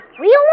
Real